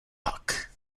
tak